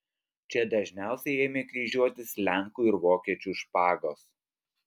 čia dažniausiai ėmė kryžiuotis lenkų ir vokiečių špagos